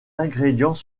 ingrédients